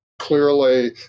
clearly